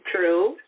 True